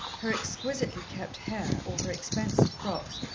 her exquisitely-kept hair, or her expensive frocks,